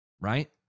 right